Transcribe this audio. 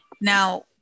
Now